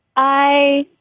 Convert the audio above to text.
i.